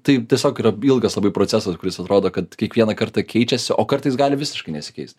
tai tiesiog yra ilgas labai procesas kuris atrodo kad kiekvieną kartą keičiasi o kartais gali visiškai nesikeist